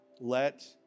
let